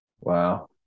Wow